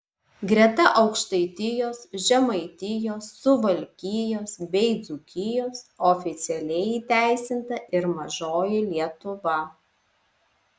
greta aukštaitijos žemaitijos suvalkijos bei dzūkijos oficialiai įteisinta ir mažoji lietuva